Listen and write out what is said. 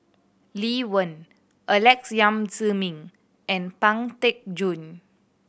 Lee Wen Alex Yam Ziming and Pang Teck Joon